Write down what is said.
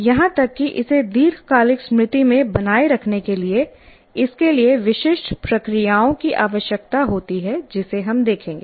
यहां तक कि इसे दीर्घकालिक स्मृति में बनाए रखने के लिए इसके लिए विशिष्ट प्रक्रियाओं की आवश्यकता होती है जिसे हम देखेंगे